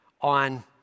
on